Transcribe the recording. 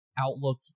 outlook